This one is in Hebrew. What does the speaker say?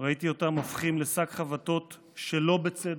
ראיתי אותם הופכים לשק חבטות שלא בצדק,